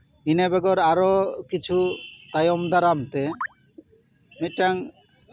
ᱤᱱᱟᱹ ᱵᱮᱜᱚᱨ ᱟᱨᱚ ᱠᱤᱪᱷᱩ ᱛᱟᱭᱚᱢ ᱫᱟᱨᱟᱢ ᱛᱮ ᱢᱤᱫᱴᱟᱱ